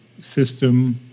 system